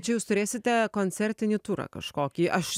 čia jūs turėsite koncertinį turą kažkokį aš